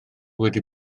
wedi